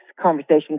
conversation